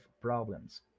problems